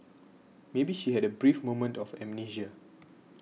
maybe she had a brief moment of amnesia